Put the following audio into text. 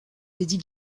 lady